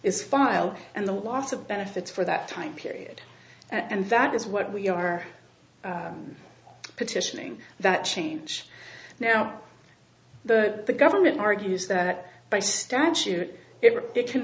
is filed and the loss of benefits for that time period and that is what we are petitioning that change now the government argues that by statute it can